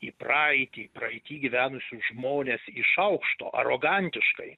į praeitį praeity gyvenusius žmones į šaukšto arogantiškai